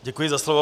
Děkuji za slovo.